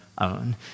own